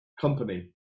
Company